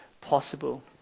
possible